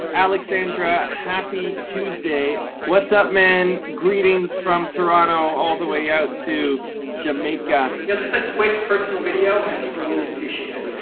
alexandra, happy tuesday. what's up, man? greetings from toronto, all the way out to jamaica. you know, just a quick personal video, and people really appreciate it.